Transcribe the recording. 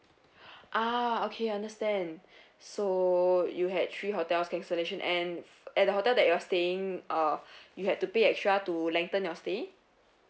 ah okay understand so you had three hotels cancellation and at the hotel that you are staying uh you had to pay extra to lengthen your stay